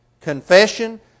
Confession